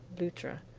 luttra,